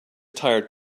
tired